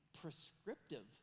prescriptive